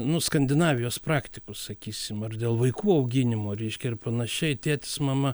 nu skandinavijos praktikų sakysim ar dėl vaikų auginimo reiškia ir panašiai tėtis mama